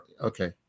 Okay